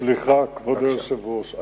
סליחה, כבוד היושב-ראש.